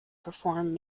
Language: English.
perform